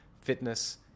fitness